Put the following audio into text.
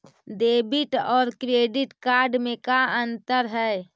Debit और credit card में का अंतर है?